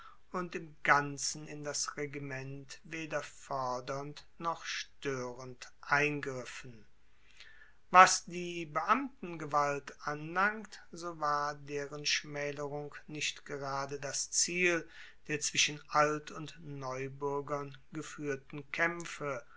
und im ganzen in das regiment weder foerdernd noch stoerend eingriffen was die beamtengewalt anlangt so war deren schmaelerung nicht gerade das ziel der zwischen alt und neubuergern gefuehrten kaempfe